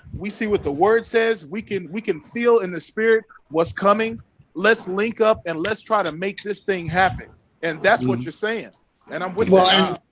we see what the word says we can we can feel in the spirit what's coming let's link up and let's try to make this thing happen and that's what you're saying and i'm with like um